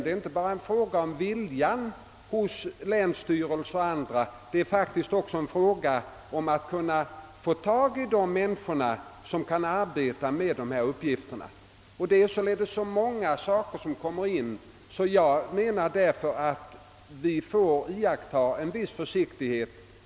Det är inte bara fråga om viljan hos länsstyrelser och andra, utan det är faktiskt också fråga om att få tag i människor som kan arbeta med dessa uppgifter. Många faktorer kommer alltså in i bilden, och vi måste iakttaga en viss försiktighet.